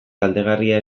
kaltegarria